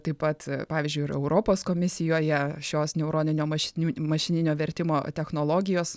taip pat pavyzdžiui ir europos komisijoje šios neuroninio mašinin mašininio vertimo technologijos